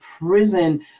prison